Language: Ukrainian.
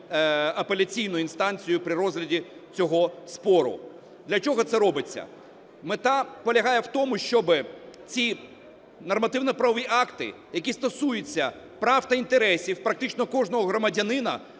апеляційною інстанцією при розгляді цього спору. Для чого це робиться? Мета полягає в тому, щоби ці нормативно-правові акти, які стосуються прав та інтересів практично кожного громадянина,